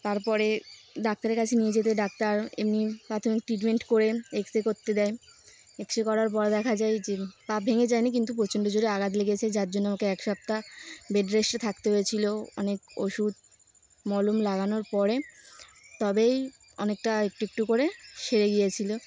তারপরে ডাক্তারের কাছে নিয়ে যেতে ডাক্তার এমনি প্রাথমিক ট্রিটমেন্ট করে এক্স রে করতে দেয় এক্স রে করার পরে দেখা যায় যে পা ভেঙে যায়নি কিন্তু প্রচণ্ড জোরে আঘাত লেগেছে যার জন্য আমাকে এক সপ্তাহ বেড রেস্টে থাকতে হয়েছিলো অনেক ওষুধ মলম লাগানোর পরে তবেই অনেকটা একটু একটু করে সেরে গিয়েছিলো